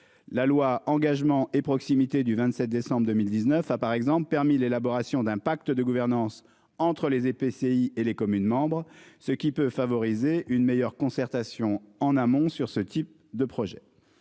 La loi Engagement et proximité du 27 décembre 2019 a par exemple permis l'élaboration d'un pacte de gouvernance entre les et PCI et les communes membres. Ce qui peut favoriser une meilleure concertation en amont sur ce type de projet.